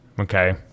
Okay